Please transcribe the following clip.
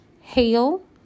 Hail